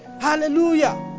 Hallelujah